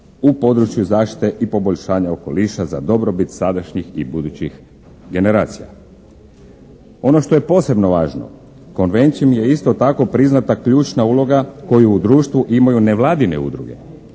u području zaštite i poboljšanja okoliša za dobrobit sadašnjih i budućih generacija. Ono što je posebno važno, konvencijom je isto tako priznata ključna uloga koju u društvu imaju nevladine udruge